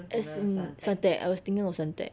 as in Suntec I was thinking of Suntec